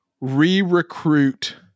re-recruit